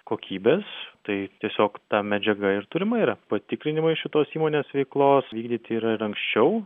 kokybės tai tiesiog ta medžiaga ir turima yra patikrinimai šitos įmonės veiklos vykdyti yra ir anksčiau